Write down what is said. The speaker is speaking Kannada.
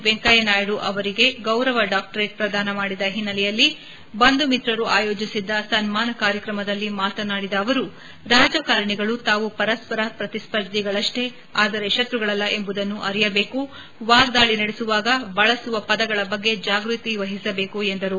ವೆಂಕಯ್ಲನಾಯ್ಡು ಅವರಿಗೆ ಗೌರವ ಡಾಕ್ಲರೇಟ್ ಪ್ರದಾನ ಮಾಡಿದ ಹಿನ್ನೆಲೆಯಲ್ಲಿ ಬಂಧು ಮಿತ್ರರು ಆಯೋಜಿಸಿದ್ದ ಸನ್ನಾನ ಕಾರ್ಯಕ್ರಮದಲ್ಲಿ ಮಾತನಾಡಿದ ಅವರು ರಾಜಕಾರಣಿಗಳು ತಾವು ಪರಸ್ಪರ ಪ್ರತಿಸ್ಪರ್ಧಿಗಳಷ್ಷೇ ಆದರೆ ಶತ್ರುಗಳಲ್ಲ ಎಂಬುದನ್ನು ಅರಿಯಬೇಕು ವಾಗ್ದಾಳ ನಡೆಸುವಾಗ ಬಳಸುವ ಪದಗಳ ಬಗ್ಗೆ ಜಾಗೃತಿ ವಹಿಸಬೇಕು ಎಂದರು